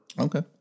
Okay